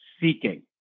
seeking